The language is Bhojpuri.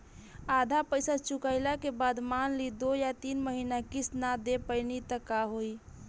आधा पईसा चुकइला के बाद मान ली दो या तीन महिना किश्त ना दे पैनी त का होई?